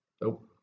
nope